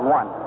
one